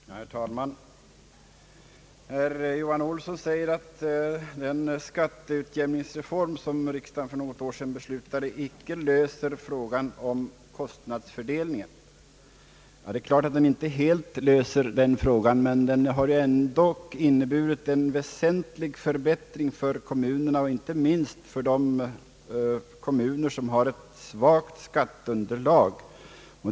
Herr talman! Herr Johan Olsson säger att den skatteutjämningsreform som riksdagen för något år sedan beslutade icke löser frågan om kostnadsfördelningen. Det är klart att den reformen inte helt löser den frågan, men den har ändock inneburit en väsentlig förbättring för kommunerna, inte minst för kommuner som har ett svagt skatteunderlag.